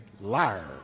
liar